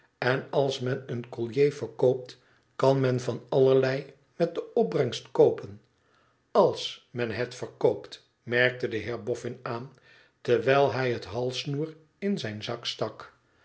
en als men een collier verkoopt kan men van allerlei met de opbrengst koopen als men het verkoopt merkte de heer boffin aan terwijl hij het halssnoer in zijn zak stak